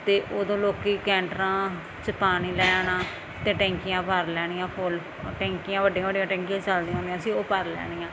ਅਤੇ ਉਦੋਂ ਲੋਕ ਕੈਂਟਰਾਂ 'ਚ ਪਾਣੀ ਲੈਣਾ ਅਤੇ ਟੈਂਕੀਆਂ ਭਰ ਲੈਣੀਆਂ ਫੁੱਲ ਟੈਂਕੀਆਂ ਵੱਡੀਆਂ ਵੱਡੀਆਂ ਟੈਂਕੀਆਂ ਚੱਲਦੀਆਂ ਹੁੰਦੀਆਂ ਸੀ ਉਹ ਭਰ ਲੈਣੀਆਂ